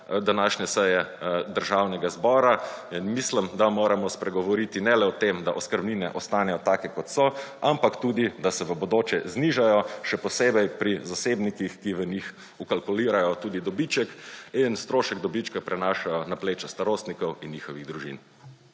današnje seje Državnega zbora. Mislim, da moramo spregovoriti ne le o tem, da oskrbnine ostanejo take kot so, ampak tudi da se v bodoče znižajo, še posebej pri zasebnikih, ki v njih vkalkulirajo tudi dobiček in strošek dobička prenašajo na pleča starostnikov in njihovih družin.